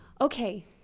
Okay